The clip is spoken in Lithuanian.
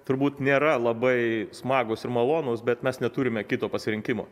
turbūt nėra labai smagūs ir malonūs bet mes neturime kito pasirinkimo